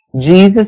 Jesus